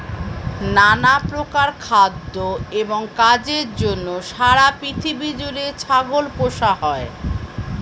নানা প্রকার খাদ্য এবং কাজের জন্য সারা পৃথিবী জুড়ে ছাগল পোষা হয়